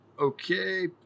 Okay